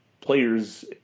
Players